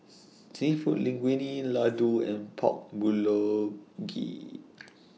Seafood Linguine Ladoo and Pork Bulgogi